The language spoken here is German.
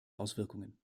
auswirkungen